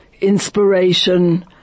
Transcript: inspiration